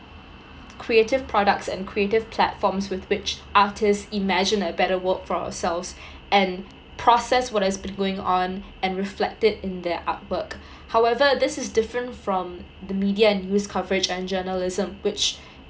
creative products and creative platforms with which artist imagine a better world for ourselves and process what has been going on and reflect it in their artwork however this is different from the media and news coverage and journalism which